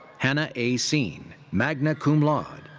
hannah a. seen, magna cum laude.